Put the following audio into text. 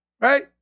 right